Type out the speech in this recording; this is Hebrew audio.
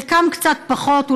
חלקם קצת פחות,